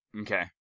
Okay